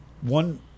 one